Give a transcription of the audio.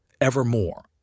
evermore